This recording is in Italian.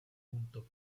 punto